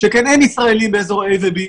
שכן אין ישראלים באזורי A ו-B,